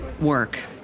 work